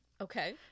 Okay